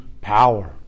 power